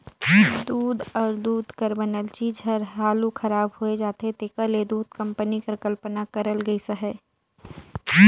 दूद अउ दूद कर बनल चीज हर हालु खराब होए जाथे तेकर ले दूध कंपनी कर कल्पना करल गइस अहे